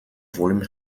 volume